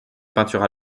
peintures